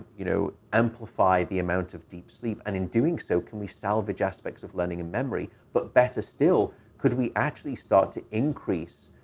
you know, amplify the amount of deep sleep? and in doing so, can we salvage aspects of learning and memory? but better still, could we actually start to increase,